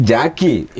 Jackie